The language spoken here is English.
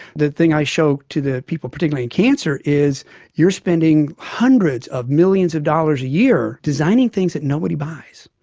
the thing i show to the people, particularly in cancer, is you are spending hundreds of millions of dollars a year designing things that nobody buys,